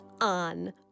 on